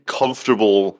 comfortable